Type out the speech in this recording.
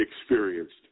experienced